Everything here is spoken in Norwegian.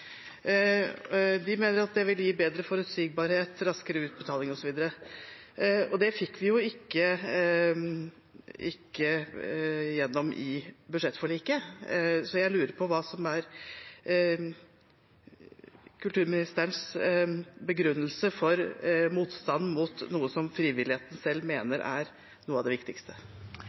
De mener at det vil gi bedre forutsigbarhet, raskere utbetaling osv. Det fikk vi jo ikke gjennom i budsjettforliket, så jeg lurer på hva som er kulturministerens begrunnelse for motstanden mot noe som frivilligheten selv mener er noe av det viktigste.